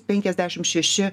penkiasdešimt šeši